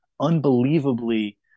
unbelievably